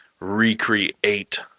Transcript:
recreate